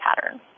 pattern